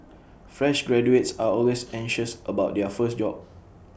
fresh graduates are always anxious about their first job